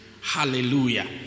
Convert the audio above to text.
Hallelujah